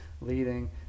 leading